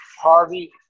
Harvey